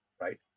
right